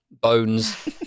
bones